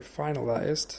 finalised